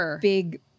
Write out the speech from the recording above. big